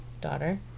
daughter